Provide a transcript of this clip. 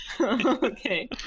okay